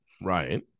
Right